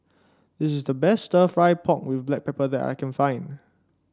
it's the best stir fry pork with Black Pepper that I can find